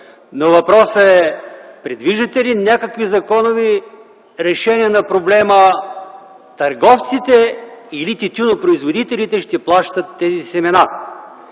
Въпросът е: предвиждате ли някакви законови решения на проблема търговците или тютюнопроизводителите ще плащат тези семена?